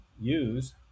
use